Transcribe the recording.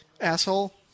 Asshole